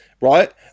right